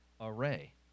array